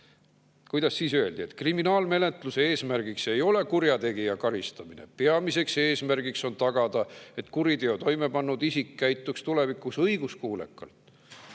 Kuidas siis öeldi? Et kriminaalmenetluse eesmärk ei ole kurjategija karistamine. Peamine eesmärk on tagada, et kuriteo toime pannud isik käitub tulevikus õiguskuulekalt.